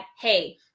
hey